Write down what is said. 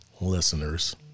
listeners